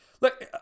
Look